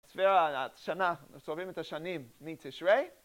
ספירה, שנה, סופרים את השנים מתשרי